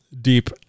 deep